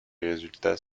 résultats